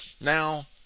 Now